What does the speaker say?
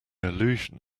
allusion